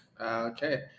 Okay